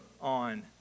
on